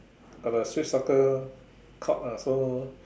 got street soccer court ah so